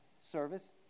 service